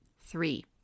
Three